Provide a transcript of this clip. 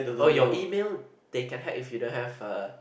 oh your email they can hack if you don't have a